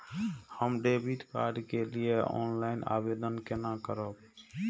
हम debit card के लिए ऑनलाइन आवेदन केना करब?